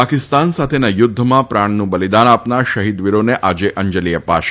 પાકિસ્તાન સાથેના યુદ્ધમાં પ્રાણનું બલિદાન આપનાર શહિદ વીરોને આજે અંજલી અપાશે